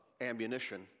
ammunition